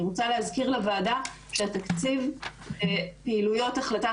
אני רוצה להזכיר לוועדה שתקציב פעילויות החלטת